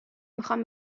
میخوام